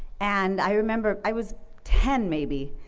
and i remember i was ten maybe,